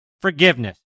forgiveness